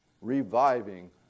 reviving